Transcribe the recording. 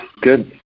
Good